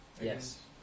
yes